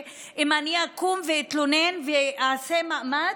אם אני אקום ואתלונן ואעשה מאמץ,